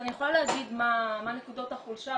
אני יכולה להגיד מה נקודות החולשה,